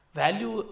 value